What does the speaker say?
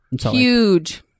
Huge